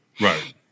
Right